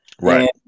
Right